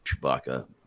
Chewbacca